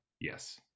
yes